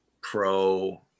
pro